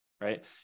right